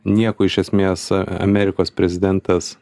nieko iš esmės amerikos prezidentas